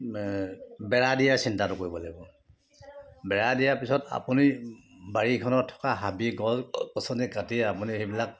বেৰা দিয়া চিন্তাটো কৰিব লাগিব বেৰা দিয়া পিছত আপুনি বাৰীখনত থকা হাবি গছ গছনি কাটি আপুনি সেইবিলাক